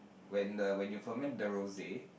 when the when you ferment the rose